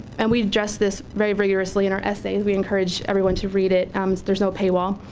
and we've adressed this very vigorously in our essay. and we encourage everyone to read it there's no pay wall.